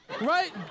right